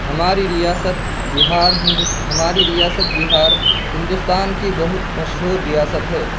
ہماری ریاست بہار ہندوس ہماری ریاست بہار ہندوستان کی بہت مشہور ریاست ہے